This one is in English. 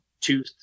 two